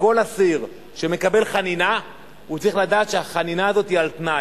כל אסיר שמקבל חנינה צריך לדעת שהחנינה הזאת היא על-תנאי,